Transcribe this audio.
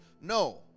no